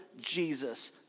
Jesus